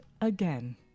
again